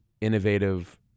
innovative